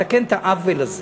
לתקן את העוול הזה